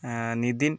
Nitin